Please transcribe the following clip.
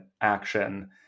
action